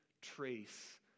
trace